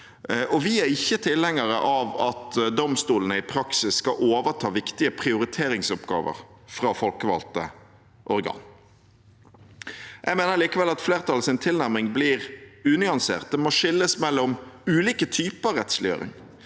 vi er ikke tilhengere av at domstolene i praksis skal overta viktige prioriteringsoppgaver fra folkevalgte organ. Jeg mener likevel at flertallets tilnærming blir unyansert. Det må skilles mellom ulike typer rettsliggjøring.